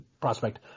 prospect